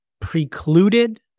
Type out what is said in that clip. precluded